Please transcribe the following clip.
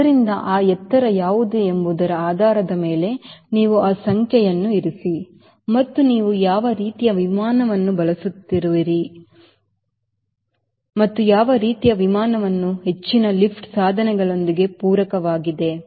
ಆದ್ದರಿಂದ ಆ ಎತ್ತರ ಯಾವುದು ಎಂಬುದರ ಆಧಾರದ ಮೇಲೆ ನೀವು ಆ ಸಂಖ್ಯೆಯನ್ನು ಇರಿಸಿ ಮತ್ತು ನೀವು ಯಾವ ರೀತಿಯ ವಿಮಾನವನ್ನು ಬಳಸುತ್ತಿರುವಿರಿ ಮತ್ತು ಯಾವ ರೀತಿಯ ಆ ವಿಮಾನವು ಹೆಚ್ಚಿನ ಲಿಫ್ಟ್ ಸಾಧನಗಳೊಂದಿಗೆ ಪೂರಕವಾಗಿದೆ